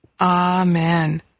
Amen